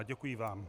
Děkuji vám.